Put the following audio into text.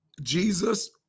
Jesus